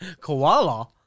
koala